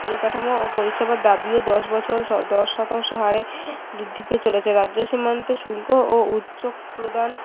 পরিকাঠামো ও পরিষেবার দাবিও দশ বছর দশ শতাংশ হারে বৃদ্ধি পেয়ে চলেছে রাজ্য সীমান্তে শুল্ক ও উচ্চপ্রদান